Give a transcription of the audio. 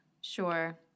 Sure